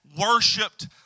worshipped